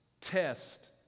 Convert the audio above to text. test